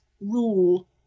rule